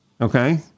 Okay